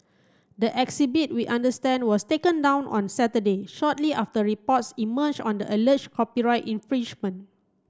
the exhibit we understand was taken down on Saturday shortly after reports emerged on the alleged copyright infringement